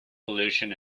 pollution